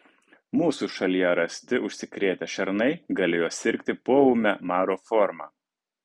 mūsų šalyje rasti užsikrėtę šernai galėjo sirgti poūme maro forma